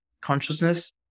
consciousness